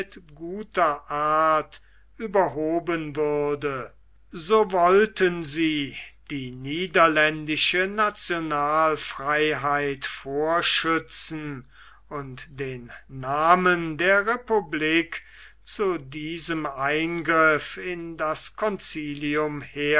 guter art überhoben würde so wollten sie die niederländische nationalfreiheit vorschützen und den namen der republik zu diesem eingriff in das